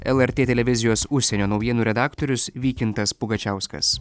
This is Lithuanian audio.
lrt televizijos užsienio naujienų redaktorius vykintas pugačiauskas